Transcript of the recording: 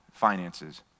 finances